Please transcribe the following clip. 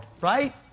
right